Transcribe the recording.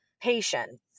patience